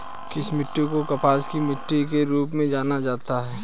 किस मिट्टी को कपास की मिट्टी के रूप में जाना जाता है?